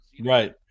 Right